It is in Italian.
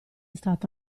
stata